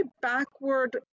backward